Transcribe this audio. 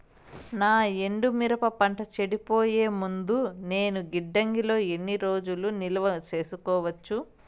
నా ఎండు మిరప పంట చెడిపోయే ముందు నేను గిడ్డంగి లో ఎన్ని రోజులు నిలువ సేసుకోవచ్చు?